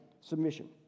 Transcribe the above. submission